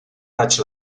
raig